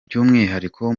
by’umwihariko